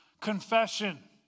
confession